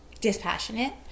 dispassionate